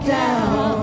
down